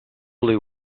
blue